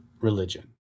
religion